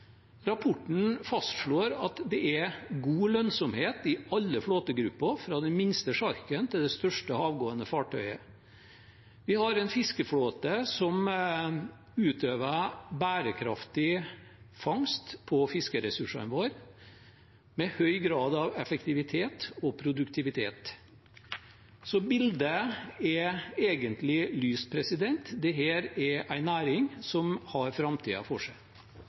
Rapporten fastslår at det er god lønnsomhet i alle flåtegrupper, fra den minste sjarken til det største havgående fartøyet. Vi har en fiskeflåte som utøver bærekraftig fangst på fiskeressursene våre, med høy grad av effektivitet og produktivitet. Bildet er egentlig lyst. Dette er en næring som har framtiden foran seg.